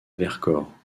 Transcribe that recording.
vercors